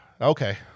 okay